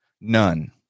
None